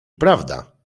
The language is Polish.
prawda